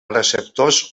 receptors